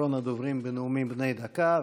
אחרון הדוברים בנאומים בני דקה,